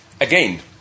Again